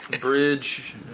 Bridge